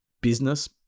business